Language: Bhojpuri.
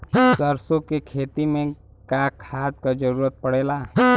सरसो के खेती में का खाद क जरूरत पड़ेला?